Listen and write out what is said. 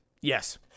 Yes